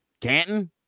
Canton